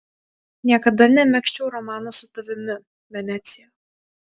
niekada nemegzčiau romano su tavimi venecija